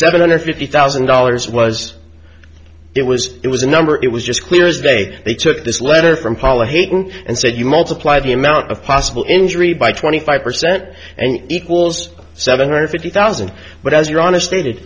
seven hundred fifty thousand dollars was it was it was a number it was just clear as day they took this letter from paula hayden and said you multiply the amount of possible injury by twenty five percent and equals seven hundred fifty thousand but as your honest